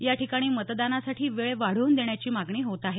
या ठिकाणी मतदानासाठी वेळ वाढवून देण्याची मागणी होत आहे